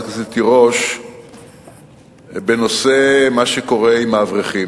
הכנסת תירוש בנושא מה שקורה עם האברכים.